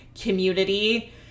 community